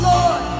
Lord